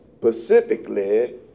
specifically